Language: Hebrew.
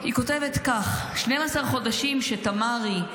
היא כותבת כך: "12 חודשים שתמרי,